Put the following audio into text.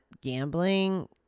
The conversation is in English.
gambling